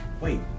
Wait